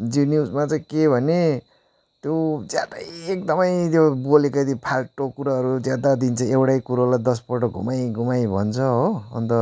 जी न्युजमा चाहिँ के भने त्यो ज्यादै एकदमै त्यो बोलेको ती फाल्टु कुराहरू ज्यादा दिन्छ एउटै कुरोलाई दसपल्ट घुमाई घुमाई भन्छ हो अन्त